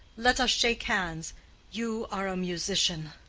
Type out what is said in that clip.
let us shake hands you are a musician.